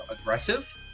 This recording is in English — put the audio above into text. aggressive